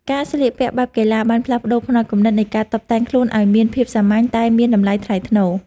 ការស្លៀកពាក់បែបកីឡាបានផ្លាស់ប្តូរផ្នត់គំនិតនៃការតុបតែងខ្លួនឱ្យមានភាពសាមញ្ញតែមានតម្លៃថ្លៃថ្នូរ។